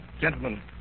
gentlemen